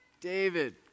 David